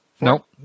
Nope